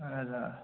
اَہَن حظ آ